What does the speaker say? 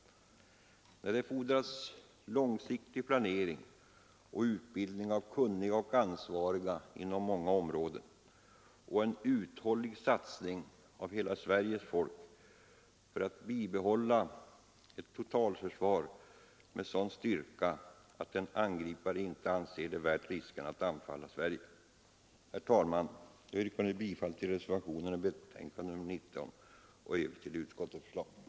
Nej, det fordras långsiktig planering och utbildning av kunniga och ansvariga inom många områden samt en uthållig satsning av hela Sveriges folk för att bibehålla ett totalförsvar med en sådan styrka att en angripare inte anser det värt riskerna att anfalla Sverige. Herr talman! Jag yrkar nu bifall till reservationerna i försvarsutskottets betänkande nr 19 och i övrigt till utskottets hemställan.